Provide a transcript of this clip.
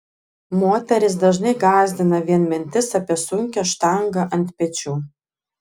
moteris dažnai gąsdina vien mintis apie sunkią štangą ant pečių